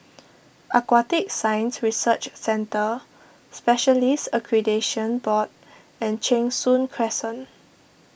Aquatic Science Research Centre Specialists Accreditation Board and Cheng Soon Crescent